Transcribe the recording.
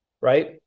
right